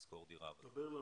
לשכור דירה וכולי.